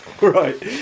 Right